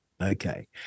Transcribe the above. okay